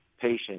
patient